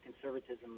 conservatism